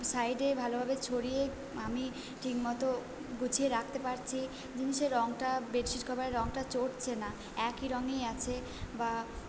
সাইডে ভালোভাবে ছড়িয়ে আমি ঠিকমতো গুছিয়ে রাখতে পারছি জিনিসের রঙটা বেড শিট কভারের রঙটা চটছে না একই রঙই আছে বা